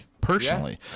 personally